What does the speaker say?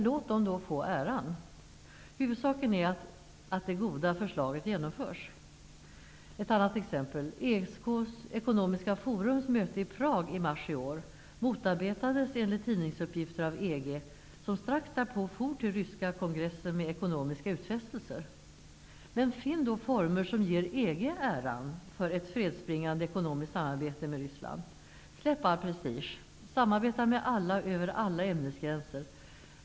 Låt det då få äran! Huvudsaken är att det goda förslaget genomförs. Ett annat exempel: ESK:s ekonomiska forums möte i Prag i mars i år motarbetades enligt tidningsuppgifter av EG, som strax därpå sände representanter till den ryska kongressen med ekonomiska utfästelser. Men finn då former som ger EG äran för ett fredsbringande ekonomiskt samarbete med Ryssland! Släpp all prestige! Samarbeta med alla över alla ämnesgränser!